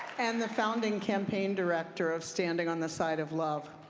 and the founding campaign director of standing on the side of love.